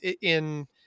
in-